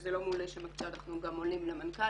כשזה לא מול איש המקצוע אנחנו גם עולים למנכ"ל.